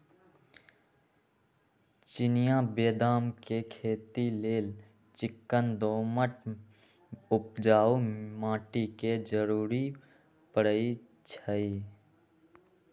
चिनियाँ बेदाम के खेती लेल चिक्कन दोमट उपजाऊ माटी के जरूरी पड़इ छइ